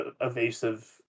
evasive